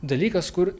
dalykas kur